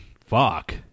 fuck